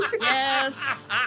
Yes